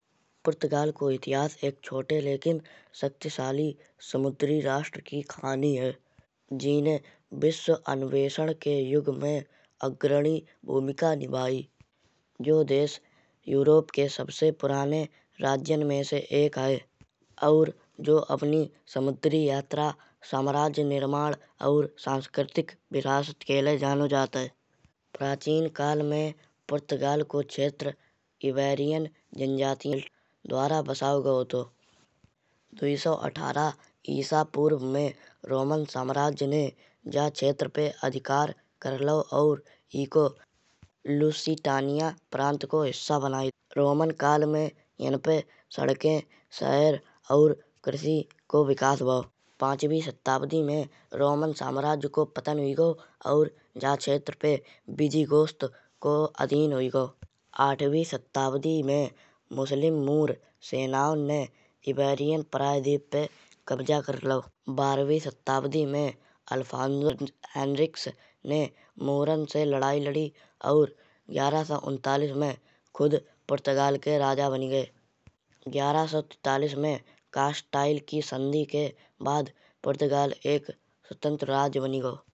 पुर्तगाल को इतिहास एक छोटे लेकिन शक्तिशाली समुद्री राष्ट्र की कहानी है। जिन्हें विश्व अन्वेषण के युग में अग्रणी भूमिका निभाई। जो बदेश यूरोप के सबसे पुराने राज्यों में से एक है। और जो एओनी समुद्री यात्रा साम्राज्य निर्माण और सांस्कृतिक विकास के लिए जानो जात है। प्राचीन काल में पुर्तगाल को क्षेत्र एबेरियन जनजातियाँ द्वारा बसाओ गयो हतो। दुई सौ अठारह ईसा पूर्व में रोमन साम्राज्य ने जा क्षेत्र पे अधिकार कर लाओ। और एको लुसितानिया प्रांत को हिस्सा बनाए। रोमन काल में यहाँ पे सड़ाकाए सहर और कृषि को विकास भाओ। पाँचवी शताब्दी में रोमन साम्राज्य को पतन हुई गाओ। और जा क्षेत्र पे बीजिघोस्ट को अधीन हुई गाओ। आठवी शताब्दी में मुस्लिम मूर सेनाओं ने एबेरियन प्रायद्वीप पे कब्जा कर लाओ। बारहवी शताब्दी में अल्फानजो फेंड्रिक्स ने मूरन से लड़ाई लड़ी। और ग्यारह सौ उनतालिस में खुद पुर्तगाल के राजा बानी गए। ग्यारह सौ तेतालिस में कास्टाइल की संधि के बाद पुर्तगाल एक स्वतंत्र राज्य बनी गाओ।